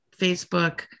Facebook